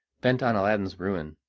bent on aladdin's ruin.